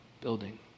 building